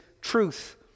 truth